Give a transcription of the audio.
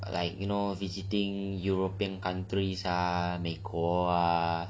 like you know visiting european countries ah 美国 ah